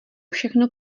všechno